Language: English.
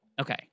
Okay